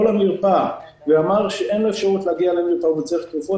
למרפאה ואמר שאין לו אפשרות להגיע למרפאה והוא צריך תרופות,